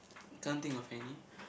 can't think of any